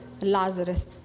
Lazarus